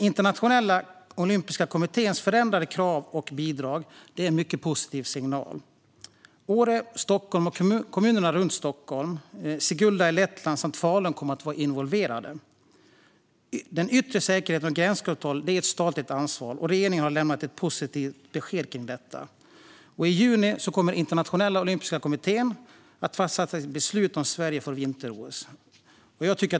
Internationella Olympiska Kommitténs förändrade krav och bidrag är en mycket positiv signal. Åre, Stockholm och kommunerna runt Stockholm, Sigulda i Lettland samt Falun kommer att vara involverade. Yttre säkerhet och gränskontroll är ett statligt ansvar, och regeringen har lämnat positiva besked kring detta. I juni kommer Internationella Olympiska Kommittén att fatta sitt beslut om Sverige får vinter-OS.